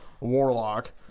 warlock